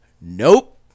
Nope